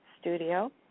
studio